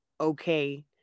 okay